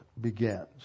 begins